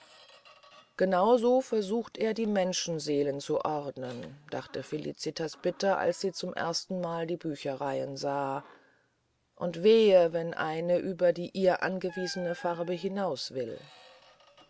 so versucht er die menschenseelen zu ordnen dachte felicitas bitter als sie zum erstenmal die bücherreihen sah und wehe wenn eine über die ihr angewiesene farbe hinaus will